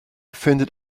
findet